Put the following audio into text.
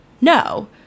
No